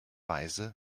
weise